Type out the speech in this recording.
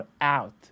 out